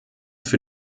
für